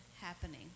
happening